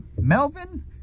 Melvin